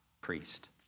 priest